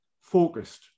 focused